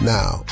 Now